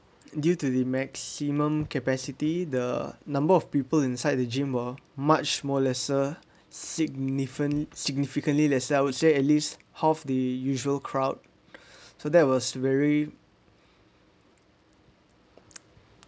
due to the maximum capacity the number of people inside the gym were much more lesser signifant significantly lesser I would say at least half the usual crowd so that was very